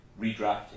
redrafting